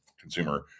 consumer